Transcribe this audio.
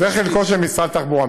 זה חלקו של משרד התחבורה.